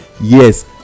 Yes